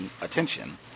attention